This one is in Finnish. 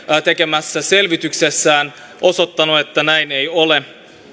tekemässään selvityksessä osoittanut että näin ei ole